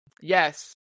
Yes